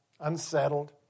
unsettled